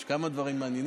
יש כמה דברים מעניינים.